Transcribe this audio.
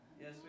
Yes